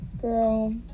girl